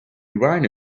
rhino